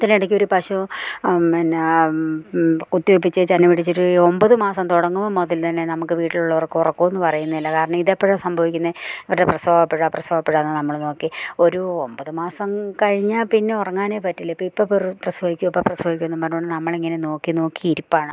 ഇതിനിടക്കൊരു പശു എന്നാ കുത്തി വെപ്പിച്ച് ചെനപ്പിടിച്ചിട്ട് ഒൻപത് മാസം തുടങ്ങുന്ന മുതൽ തന്നെ നമുക്ക് വീട്ടിലുള്ളവർക്കുറക്കമെന്നു പറയുന്നതില്ല കാരണം ഇതെപ്പോഴാണ് സംഭവിക്കുന്നത് അവരുടെ പ്രസവമെപ്പോഴാണ് പ്രസവമെപ്പോഴാണെന്നു നമ്മൾ നോക്കി ഒരു ഒൻപത് മാസം കഴിഞ്ഞാൽ പിന്നെ ഉറങ്ങാനേ പറ്റില്ലിപ്പം ഇപ്പം പെറു പ്രസവിക്കു ഇപ്പം പ്രസവിക്കുമെന്നും പറഞ്ഞതു കൊണ്ട് നമ്മളിങ്ങനെ നോക്കി നോക്കി ഇരിപ്പാണ്